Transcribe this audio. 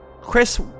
Chris